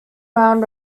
round